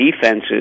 defenses